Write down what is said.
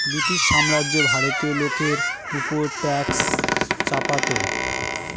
British সাম্রাজ্য ভারতীয় লোকের ওপর ট্যাক্স চাপাতো